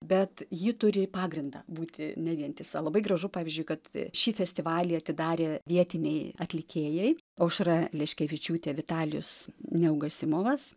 bet ji turi pagrindą būti nevientisa labai gražu pavyzdžiui kad šį festivalį atidarė vietiniai atlikėjai aušra leškevičiūtė vitalijus neugasimovas